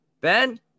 ben